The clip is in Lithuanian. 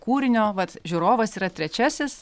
kūrinio vat žiūrovas yra trečiasis